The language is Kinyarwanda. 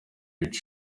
bice